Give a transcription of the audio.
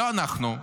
לא אנחנו,